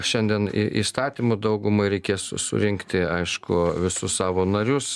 šiandien įstatymu daugumai reikės surinkti aišku visus savo narius